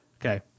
Okay